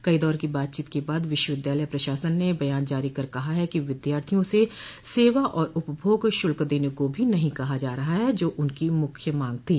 कई दौर की बातचीत के बाद विश्वविद्यालय प्रशासन न बयान जारी कर कहा है कि विद्यार्थियों से सेवा और उपभोग शुल्क देने को भी नहीं कहा जा रहा है जो उनकी मूख्य मांग थी